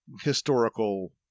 historical